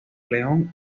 león